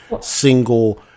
single